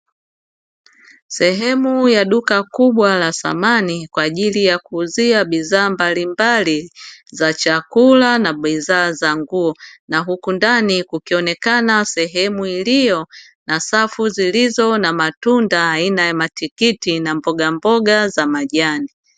Sehemu ya duka kubwa la thamani kwa ajili ya kuuza bidhaa mbalimbali za chakula na bidhaa za nguo. Na huku ndani kukionekana sehemu iliyo na safu zilizo na matunda, aina ya matikiti na mbogamboga za majani.